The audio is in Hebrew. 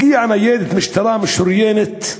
הגיעה ניידת משטרה משוריינת,